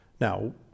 Now